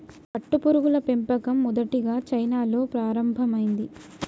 పట్టుపురుగుల పెంపకం మొదటిగా చైనాలో ప్రారంభమైంది